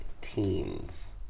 teens